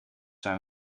zijn